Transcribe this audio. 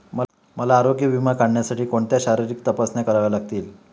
मला आरोग्य विमा काढण्यासाठी कोणत्या शारीरिक तपासण्या कराव्या लागतील?